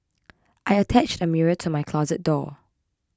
I attached a mirror to my closet door